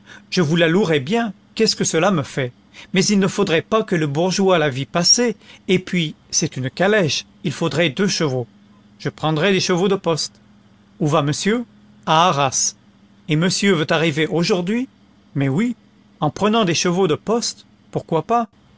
je vous la louerais bien qu'est-ce que cela me fait mais il ne faudrait pas que le bourgeois la vît passer et puis c'est une calèche il faudrait deux chevaux je prendrai des chevaux de poste où va monsieur à arras et monsieur veut arriver aujourd'hui mais oui en prenant des chevaux de poste pourquoi pas